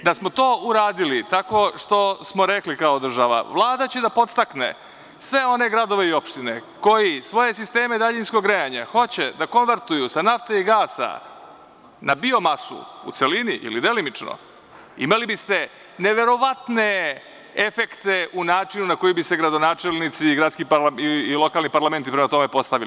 Da smo to uradili tako što smo rekli kao država Vlada će da podstakne sve one gradove i opštine koji svoje sisteme daljinskog grejanja hoće da konvertuju sa nafte i gasa na bio masu u celini ili delimično, imali bi ste neverovatne efekte u načinu na koji bi se gradonačelnici i lokalni parlamenti prema tome postavili.